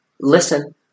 listen